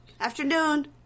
afternoon